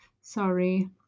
sorry